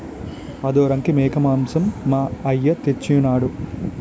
ఆదోరంకి మేకమాంసం మా అయ్య తెచ్చెయినాడు